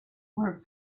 were